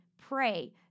pray